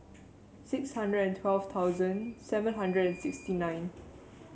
six hundred and twelve thousand seven hundred and sixty nine